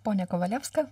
ponia kovalevska